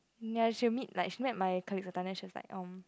ya she will meet like she met my colleagues from she was like um